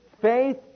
Faith